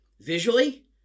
visually